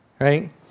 right